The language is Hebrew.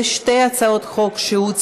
כפי שהודעתי לכם לפני כחצי שעה,